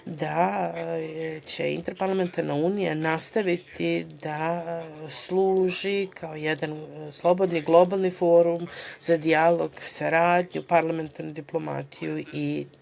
da će Interparlamentarna unija nastaviti da služi kao jedan slobodan globalni forum za dijalog, saradnju, parlamentarnu diplomatiju i